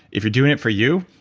if you're doing it for you,